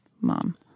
mom